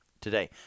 today